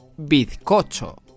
Bizcocho